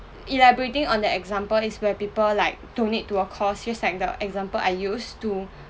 elaborating on the example is where people like donate to a cause just like the example I used to